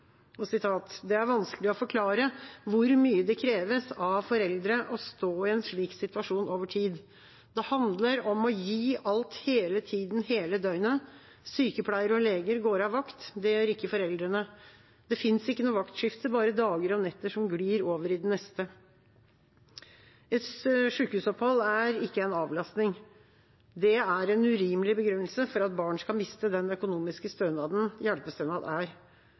er vanskelig å forklare hvor mye det kreves av foreldre å stå i en slik situasjon over tid. Det handler om å gi alt hele tiden, hele døgnet. Sykepleiere og leger går av vakt – det gjør ikke foreldrene. Det finnes ikke noe vaktskifte, bare dager og netter som glir over i den neste.» Et sykehusopphold er ikke en avlastning. Det er en urimelig begrunnelse for at barn skal miste den økonomiske støtten hjelpestønad er.